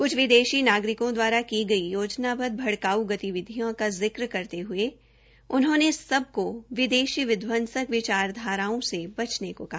क्छ विदेशी नागरिकों दवारा की गई योजनाबद्ध भ्ड़काऊ गतिविधियां का जिक्र करते हये उन्होंने सबको विदेशी विध्वंसक विचारधाराओं से बचने को कहा